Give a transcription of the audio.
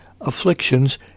afflictions